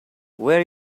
where